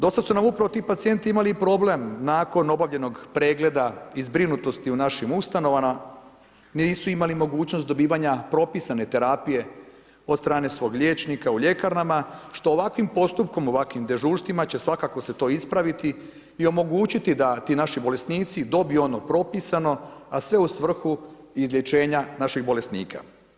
Dosad su nam upravo ti pacijenti imali problem nakon obavljenog pregleda i zbrinutosti u našim ustanovama, nisu imali mogućnost dobivanja propisane terapije od strane svog liječnika u ljekarnama što ovakvim postupkom, ovakvim dežurstvima će svakako se to ispraviti i omogućiti da ti naši bolesnici dobiju ono propisano a sve u svrhu izlječenja naših bolesnika.